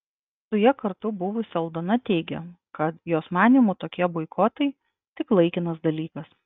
su ja kartu buvusi aldona teigė kad jos manymu tokie boikotai tik laikinas dalykas